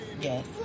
yes